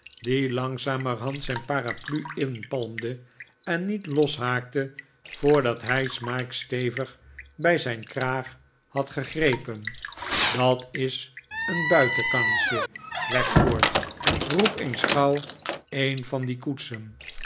die langzamerhand zijn paraplu inpalmde en niet loshaakte voordat hij smike stevig bij zijn kraag had gegrepen dat is een buitenkansje wackford roep eens gauw een van die koetsen